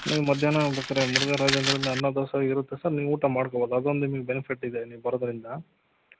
ನೀವು ಮಧ್ಯಾಹ್ನ ಬೇಕಾದ್ರೆ ಮುರುಘರಾಜೇಂದ್ರಲಿ ಅನ್ನ ದಾಸೋಹ ಇರುತ್ತೆ ಸರ್ ನೀವು ಊಟ ಮಾಡ್ಕೊಬೋದು ಅದೊಂದು ನಿಮಗೆ ಬೆನಿಫಿಟ್ ಇದೆ ನೀವು ಬರೋದ್ರಿಂದ